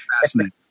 fascinating